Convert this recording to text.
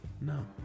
No